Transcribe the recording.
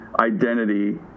identity